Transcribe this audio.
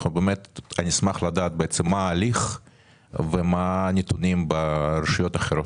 אנחנו נשמח לדעת מה ההליך ומה הנתונים שיש לגבי רשויות אחרות.